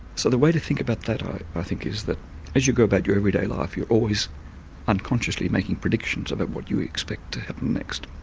so the way to think about that, i think, is that as you go about your every day life you're always unconsciously making predictions about what you expect to happen next.